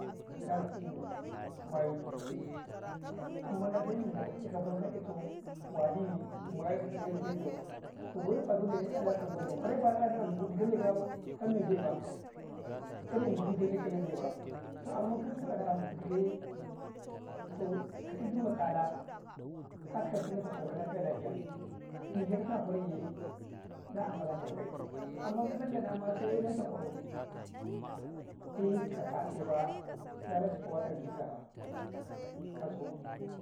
﻿Da na kuu, ma ye tuu, amman daa sai men dau buɗi, ka ban ka ɗe, toh walii, ma ye tu ja ne tu men tau'i to dawa ɗi faa, dole sai ya nau kau gori faa, dole sai ya nau kau gori faa, ko ya ne ka bay, du ka ne men de fa, fa toh, amman ka tuka ǩya kara ma kwartu ka yee, to ka eh izzatu kau, kai tika ti mkyeta kwarau lafiya-lafiya mike ka tama a kwaria yee na amfani ka mi kai, amman ka tan ka dama sai nan ta kwarau ii ka katai faa, lalaci wata kau, tagi tuka faa, nasi ko.